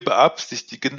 beabsichtigen